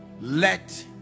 Let